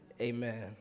amen